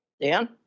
Dan